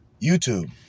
YouTube